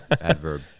adverb